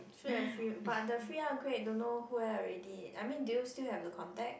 still have free but the free upgrade don't know where already I mean do you still have the contact